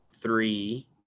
three